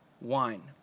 wine